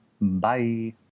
bye